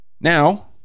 Now